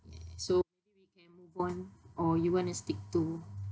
so we can move on or you want to stick to